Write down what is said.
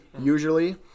usually